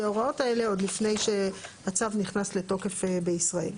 ההוראות האלה עוד לפני שהצו נכנס לתוקף בישראל.